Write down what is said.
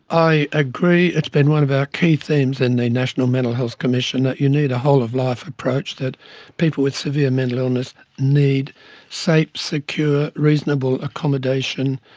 i agree, it has been one of our key themes in the national mental health commission, that you need a whole-of-life approach, that people with severe mental illness need safe, secure, reasonable accommodation,